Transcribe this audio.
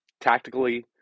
tactically